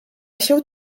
się